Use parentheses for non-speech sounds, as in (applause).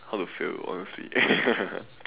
how to fail honestly (laughs)